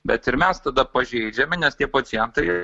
bet ir mes tada pažeidžiami nes tie pacientai